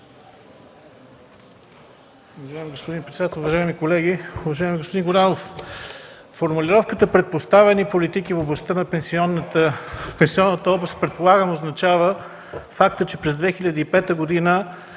Уважаеми господин председател, уважаеми колеги! Уважаеми господин Горанов, формулировката „предпоставени политики” в областта пенсионната област предполагам означава факта, че през 2005 г.